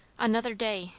another day!